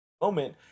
moment